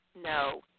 no